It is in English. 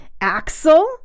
Axel